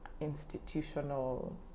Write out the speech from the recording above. institutional